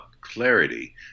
clarity